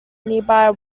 nearby